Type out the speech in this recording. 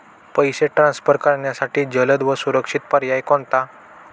पैसे ट्रान्सफर करण्यासाठी जलद व सुरक्षित पर्याय कोणता?